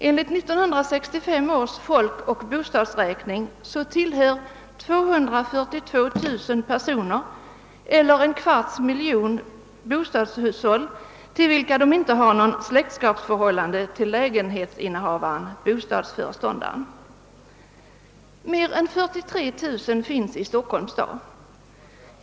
Enligt 1965 års folkoch bostadsräkning tillhör 242 000 personer, alltså cirka en kvarts miljon, bostadshushåll med vilkas lägenhetsinnehavare-bostadsföreståndare de inte står i något släktskapsförhållande. Mer än 43 000 av dessa hyresgäster finns i Stockholms stad.